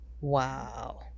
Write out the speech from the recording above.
Wow